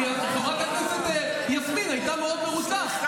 גם חברת הכנסת יסמין הייתה מרוצה מאוד,